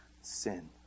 sin